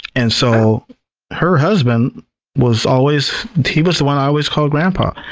and so her husband was always, he was the one i always called grandpa,